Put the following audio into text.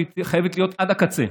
והיא חייבת להיות עד הקצה.